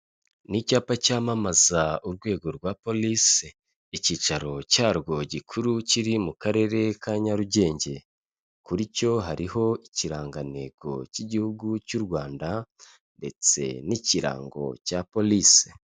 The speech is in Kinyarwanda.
N'icyapa cyamamaza urwego rwa polise, icyicaro cyarwo gikuru kiri mu karere ka Nyarugenge, kuri cyo hariho ikirangantego cy'igihugu cy'u rwanda ndetse n'ikirango cya polise.